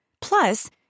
Plus